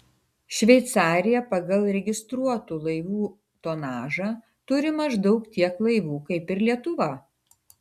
šveicarija pagal registruotų laivų tonažą turi maždaug tiek laivų kaip ir lietuva